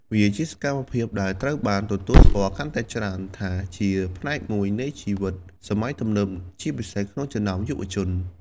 វាជាសកម្មភាពដែលត្រូវបានទទួលស្គាល់កាន់តែច្រើនថាជាផ្នែកមួយនៃជីវិតសម័យទំនើប ជាពិសេសក្នុងចំណោមយុវជន ។